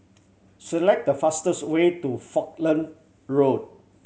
select the fastest way to Falkland Road